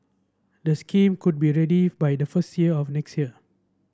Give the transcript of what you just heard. the scheme could be ready by the first year of next year